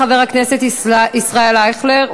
חבר הכנסת ישראל אייכלר,